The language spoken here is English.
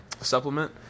supplement